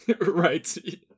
right